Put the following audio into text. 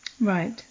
right